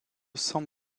san